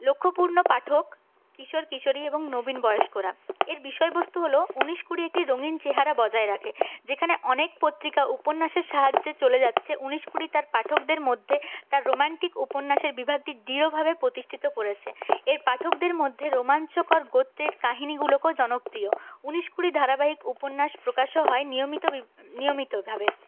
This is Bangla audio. লক্ষ্যপূর্ণ পাঠক কিশোর কিশোরী এবং নবীন বয়স্করা এর বিষয়বস্তু হল উনিশ কুড়ি একটি রঙিন চেহারা বজায় রাখে যেখানে অনেক পত্রিকা উপন্যাসের সাহায্যে চলে যাচ্ছে উনিশ কুড়ি তার পাঠকদের মধ্যে তার রোমান্টিক উপন্যাসের বিভাগটি দৃঢ়ভাবে প্রতিষ্ঠিত করেছে এর পাঠকদের মধ্যে রোমাঞ্চকর গদ্যের কাহিনিগুলোও জনপ্রিয় উনিশ কুড়ি ধারাবাহিক উপন্যাস প্রকাশও হয় নিয়মিত নিয়মতভাবে